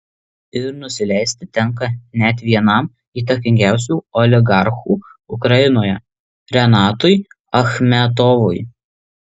ir nusileisti tenka net vienam įtakingiausių oligarchų ukrainoje renatui achmetovui